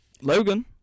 Logan